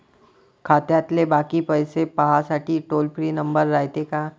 खात्यातले बाकी पैसे पाहासाठी टोल फ्री नंबर रायते का?